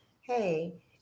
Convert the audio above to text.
hey